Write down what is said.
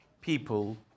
people